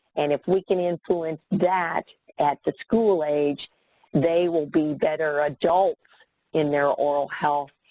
and if we can influence that at the school-age, they will be better adults in their oral health,